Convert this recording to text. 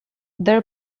their